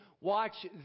watch